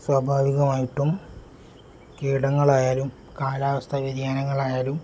സ്വാഭാവികമായിട്ടും കീടങ്ങളായാലും കാലാവസ്ഥാ വ്യതിയാനങ്ങളായാലും